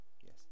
yes